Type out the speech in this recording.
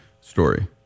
story